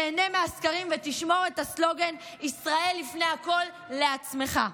תיהנה מהסקרים ותשמור את הסלוגן "ישראל לפני הכול" לעצמך.